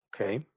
Okay